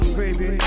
baby